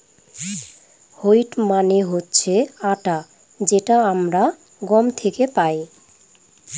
wheat মানে হচ্ছে আটা যেটা আমরা গম থেকে পাই